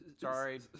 Sorry